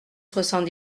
soixante